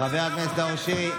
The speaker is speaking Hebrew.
חבר הכנסת נאור שירי,